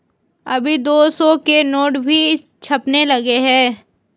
अभी दो सौ के नोट भी छपने लगे हैं